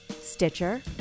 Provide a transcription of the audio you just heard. Stitcher